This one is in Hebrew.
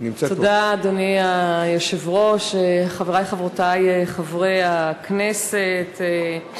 אדוני היושב-ראש, תודה, חברי וחברותי חברי הכנסת,